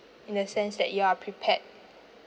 in the sense that you are prepared